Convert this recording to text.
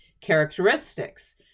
characteristics